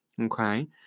Okay